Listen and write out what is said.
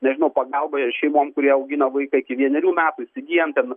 nežinau pagalba šeimom kurie augina vaiką iki vienerių metų įsigyjant ten